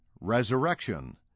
Resurrection